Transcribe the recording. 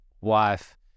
wife